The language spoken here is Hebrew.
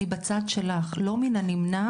אני בצד שלך, לא מן הנמנע